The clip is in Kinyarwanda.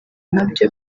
nkabyo